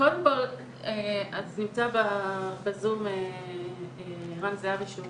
קודם כל נמצא בזום ערן זהבי שהוא